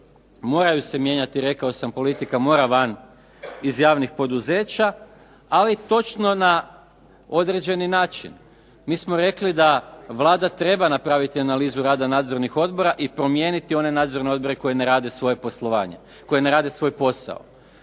Moraju se mijenjati, rekao sam politika mora van iz javnih poduzeća ali točno na određeni način. Mi smo rekli da Vlada treba napraviti analizu rada nadzornih odbora i promijeniti one nadzorne odbore koji ne rade svoje poslovanje, koji ne rade svoj posao